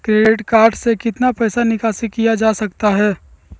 Credit card से कितना पैसा निकासी किया जा सकता है?